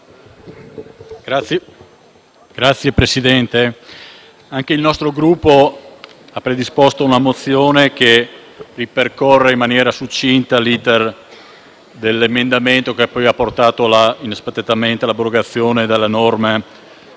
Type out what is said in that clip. Signor Presidente, anche il nostro Gruppo ha predisposto una mozione che ripercorre in maniera succinta l'*iter* dell'emendamento che ha poi portato inaspettatamente l'abrogazione della norma